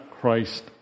Christ